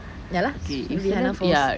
ya lah so celebrity who's